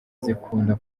zikunda